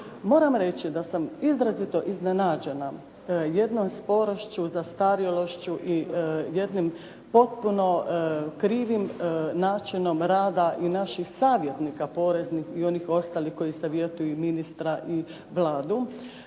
Moram reći da sam izrazito iznenađena jednom sporošću, zastarjelošću i jednim potpuno krivim načinom rada i naših savjetnika poreznih i onih ostalih koji savjetuju ministra i Vladu,